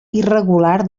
irregular